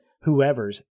whoever's